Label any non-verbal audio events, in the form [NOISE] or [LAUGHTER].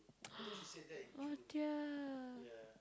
[NOISE] oh dear